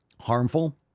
Harmful